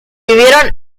vivieron